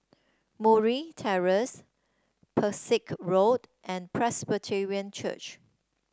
Murray Terrace Pesek Road and Presbyterian Church